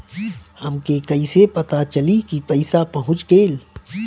हमके कईसे पता चली कि पैसा पहुच गेल?